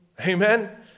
Amen